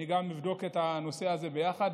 אני גם אבדוק את הנושא, ביחד.